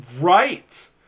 Right